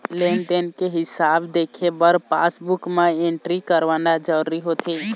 लेन देन के हिसाब देखे बर पासबूक म एंटरी करवाना जरूरी होथे